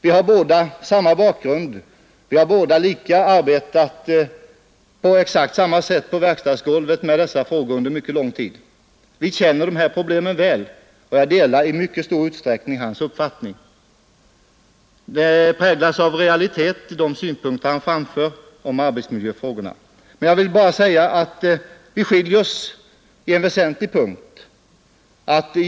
Vi har båda samma bakgrund, vi har båda arbetat på exakt samma sätt på verkstadsgolvet med dessa frågor under mycket lång tid. Vi känner de här problemen väl, och jag delar i mycket stor utsträckning hans uppfattning. De synpunkter han framför om arbetsmiljöfrågorna präglas av realitet. Jag vill bara säga att vi skiljer oss på en väsentlig punkt.